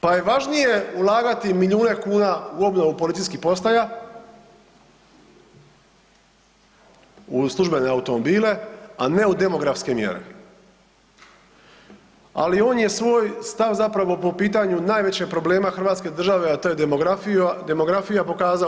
Pa je važnije ulagati milijune kuna u obnovu policijskih postaja, u službene automobile, a ne u demografske mjere, ali on je svoj stav zapravo po pitanju najvećeg problema hrvatske države, a to je demografija pokazao odavno.